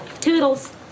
Toodles